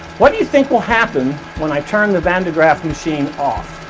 what do you think will happen when i turn the van de graaff machine off.